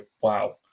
wow